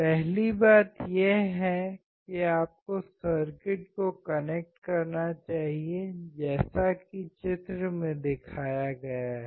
पहली बात यह है कि आपको सर्किट को कनेक्ट करना चाहिए जैसा कि चित्र में दिखाया गया है